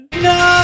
No